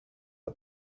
are